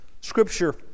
Scripture